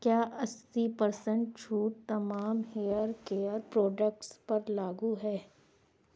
کیا اسی پرسینٹ چھوٹ تمام ہیئر کیئر پروڈکٹس پر لاگو ہے